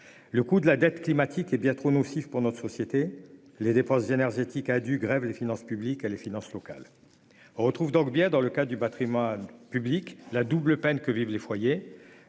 Le coût de la dette climatique est bien trop nocif pour notre société, et les dépenses énergétiques indues grèvent les finances publiques, en particulier les finances locales. On retrouve donc bien, dans le cadre du patrimoine public, la double peine que vivent les foyers,